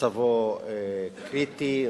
מצבו קריטי,